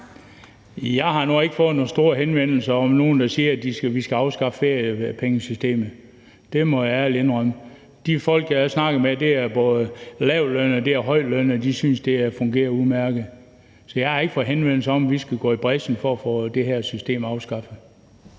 Jeg har nu ikke fået nogen henvendelser fra nogle, der siger, at vi skal afskaffe feriepengesystemet – det må jeg ærligt indrømme. De folk, jeg har snakket med, er både lavtlønnede og højtlønnede, og de synes, det fungerer udmærket. Så jeg har ikke fået henvendelser om, at vi skulle gå i brechen for at få det her system afskaffet.